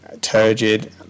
turgid